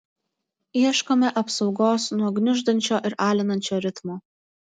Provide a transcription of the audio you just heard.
ieškome apsaugos nuo gniuždančio ir alinančio ritmo